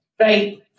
Right